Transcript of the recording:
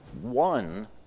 One